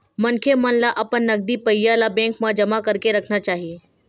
मनखे मन ल अपन नगदी पइया ल बेंक मन म जमा करके राखना चाही